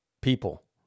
people